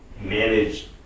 manage